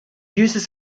uses